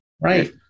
Right